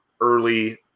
early